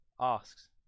asks